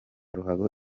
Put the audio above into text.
ruhago